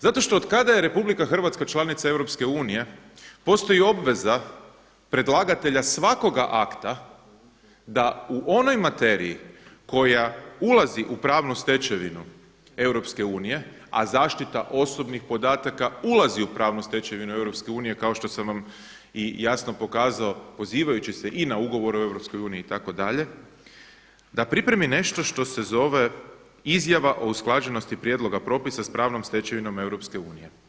Zato što od kada je Republika Hrvatska članica EU postoji obveza predlagatelja svakoga akta da u onoj materiji koja ulazi u pravnu stečevinu EU, a zaštita osobnih podataka ulazi u pravnu stečevinu EU kao što sam vam i jasno pokazao pozivajući se i na Ugovor o EU itd. da pripremi nešto što se zove izjava o usklađenosti prijedloga propisa sa pravnom stečevinom EU.